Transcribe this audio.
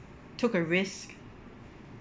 took a risk